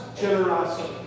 generosity